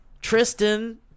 Tristan